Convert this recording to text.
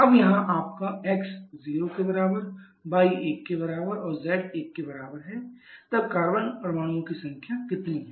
अब यहाँ आपका x 0 y 1 और z 1 तब कार्बन परमाणुओं की कुल संख्या कितनी है